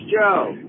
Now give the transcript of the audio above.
joe